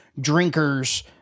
drinkers